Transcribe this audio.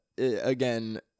Again